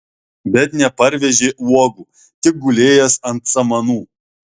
bet neparvežė uogų tik gulėjęs ant samanų